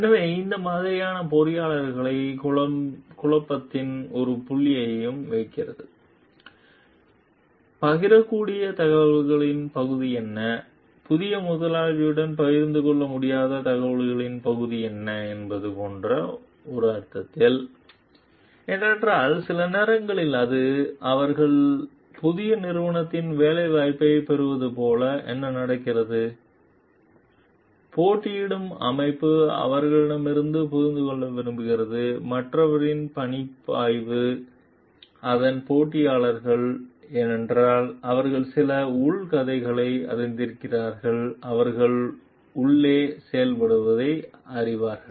எனவே அந்த மாதிரி பொறியியலாளரையும் குழப்பத்தின் ஒரு புள்ளியையும் வைக்கிறது பகிரக்கூடிய தகவல்களின் பகுதி என்ன புதிய முதலாளியுடன் பகிர்ந்து கொள்ள முடியாத தகவல்களின் பகுதி என்ன என்பது போன்ற ஒரு அர்த்தத்தில் ஏனென்றால் சில நேரங்களில் அது அவர்கள் புதிய நிறுவனத்தில் வேலைவாய்ப்பைப் பெறுவது போல என்ன நடக்கிறது போட்டியிடும் அமைப்பு அவர்களிடமிருந்து புரிந்து கொள்ள விரும்புகிறது மற்றவரின் பணிப்பாய்வு அதன் போட்டியாளர்கள் ஏனென்றால் அவர்கள் சில உள் கதைகளை அறிந்திருக்கிறார்கள் அவர்கள் உள்ளே செயல்படுவதை அறிவார்கள்